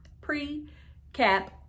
pre-cap